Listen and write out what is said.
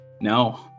No